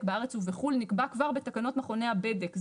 בארץ ובחו"ל נקבע כבר בתקנות מכוני הבדק.